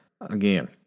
Again